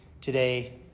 today